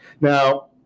Now